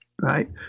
right